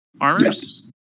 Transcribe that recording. armors